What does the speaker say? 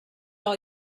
all